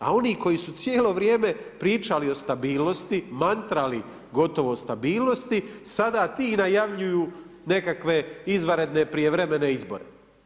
A oni koji su cijelo vrijeme pričali o stabilnosti, mantarali gotovo o stabilnosti, sada ti najavljuju nekakve izvanredne prijevremene izbore.